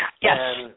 Yes